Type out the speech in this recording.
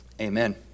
Amen